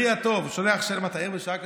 חברי הטוב, שולח שאלה: מה, אתה ער בשעה כזאת?